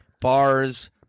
bars